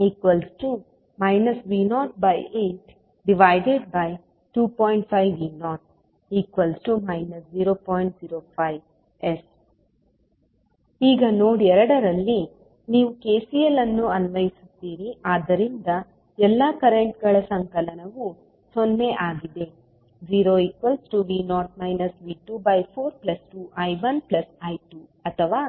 05S ನೋಡಿ slide ಸಮಯ 2906 ಈಗ ನೋಡ್ 2 ನಲ್ಲಿ ನೀವು KCL ಅನ್ನು ಅನ್ವಯಿಸುತ್ತೀರಿ ಆದ್ದರಿಂದ ಎಲ್ಲಾ ಕರೆಂಟ್ಗಳ ಸಂಕಲನವು 0 ಆಗಿದೆ 0 V0 V242I1I2 ಅಥವಾ